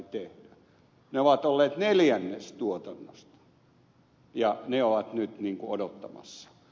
ne ovat olleet neljännes tuotannosta ja ne ovat nyt niin kuin odottamassa